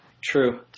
True